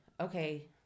Okay